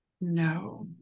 No